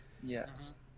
Yes